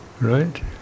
right